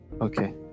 Okay